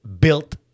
Built